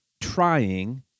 trying